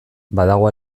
badago